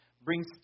brings